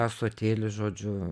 ąsotėlį žodžiu